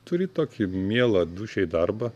turi tokį mielą dūšiai darbą